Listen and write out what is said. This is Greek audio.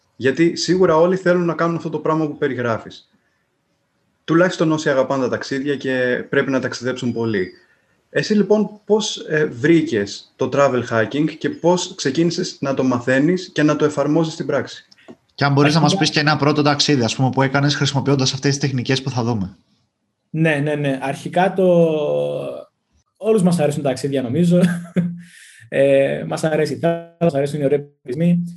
Γιατί σίγουρα όλοι θέλουν να κάνουν αυτό το πράγμα που περιγράφεις. Τουλάχιστον όσοι αγαπάνε τα ταξίδια και πρέπει να ταξιδέψουν πολύ. Εσύ, λοιπόν, πώς, ε, βρήκες το travel hacking και πώς ξεκίνησες να το μαθαίνεις και να το εφαρμόζεις στην πράξη? Και αν μπορείς να Αρχικά- μας πεις και ένα πρώτο ταξίδι, ας πούμε, που έκανες χρησιμοποιώντας αυτές τις τεχνικές που θα δούμε. Ναι, ναι, ναι. Αρχικά το- όλους μας αρέσουν ταξίδια, νομίζω. Ε, μας αρέσει η θάλασσα, μας αρέσουν οι ωραίοι πολιτισμοί.